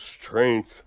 strength